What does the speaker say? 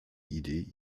idee